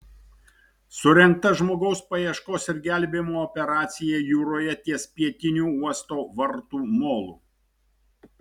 surengta žmogaus paieškos ir gelbėjimo operacija jūroje ties pietiniu uosto vartų molu